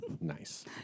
Nice